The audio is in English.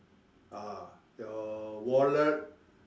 ah your wallet